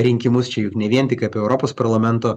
rinkimus čia juk ne vien tik apie europos parlamento